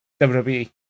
WWE